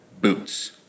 boots